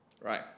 Right